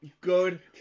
good